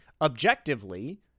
objectively